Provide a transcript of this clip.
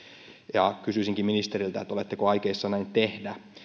kysyisinkin ministeriltä oletteko aikeissa näin tehdä